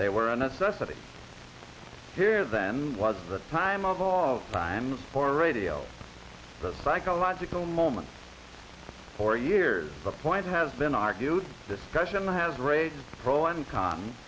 they were a necessity here them was the time of all time for radio the psychological moments for years the point has been argued discussion has raged pro and con